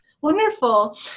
Wonderful